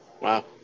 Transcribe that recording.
Wow